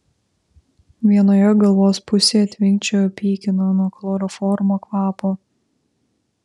vienoje galvos pusėje tvinkčiojo pykino nuo chloroformo kvapo